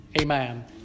Amen